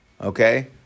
Okay